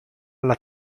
alla